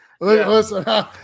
Listen